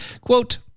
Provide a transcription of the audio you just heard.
quote